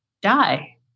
die